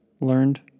learned